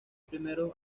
primeros